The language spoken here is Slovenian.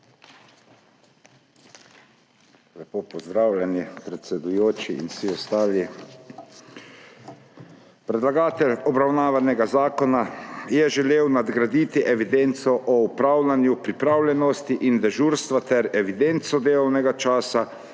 Lepo pozdravljeni, predsedujoči in vsi ostali! Predlagatelj obravnavanega zakona je želel nadgraditi evidenco o opravljanju pripravljenosti in dežurstva ter evidenco delovnega časa